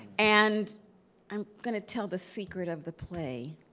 and i'm going to tell the secret of the play.